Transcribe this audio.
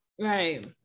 Right